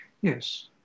Yes